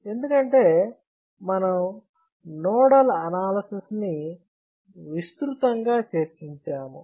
ఎందుకంటే మనం nodal analysis ని విస్తృతంగా చర్చించాము